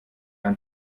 ein